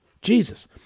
Jesus